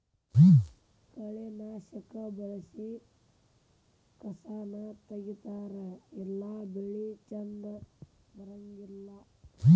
ಕಳೆನಾಶಕಾ ಬಳಸಿ ಕಸಾನ ತಗಿತಾರ ಇಲ್ಲಾ ಬೆಳಿ ಚಂದ ಬರಂಗಿಲ್ಲಾ